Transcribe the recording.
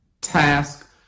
task